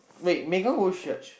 wait Megan go church